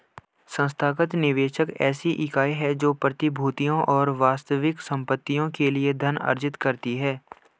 संस्थागत निवेशक ऐसी इकाई है जो प्रतिभूतियों और वास्तविक संपत्तियों के लिए धन अर्जित करती है